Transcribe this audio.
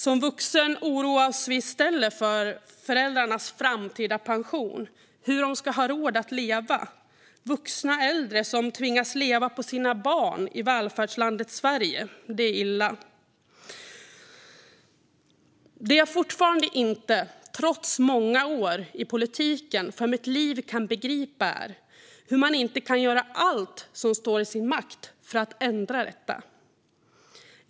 Som vuxna oroar vi oss i stället för föräldrarnas framtida pension - hur de ska ha råd att leva. Äldre tvingas leva på sina barn i välfärdslandet Sverige. Det är illa. Det jag fortfarande inte för mitt liv kan begripa, trots många år i politiken, är hur man kan låta bli att göra allt som står i ens makt för att ändra detta.